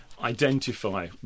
identify